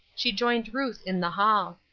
she joined ruth in the hall.